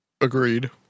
Agreed